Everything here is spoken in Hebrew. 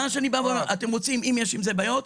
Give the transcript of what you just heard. מה שאני בא ואומר: אם יש עם זה בעיות,